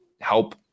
help